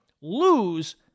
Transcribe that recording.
lose